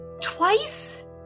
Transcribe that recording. Twice